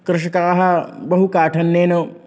कृषकाः बहुकाठिन्येन